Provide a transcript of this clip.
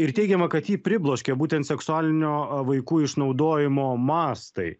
ir teigiama kad jį pribloškė būtent seksualinio vaikų išnaudojimo mastai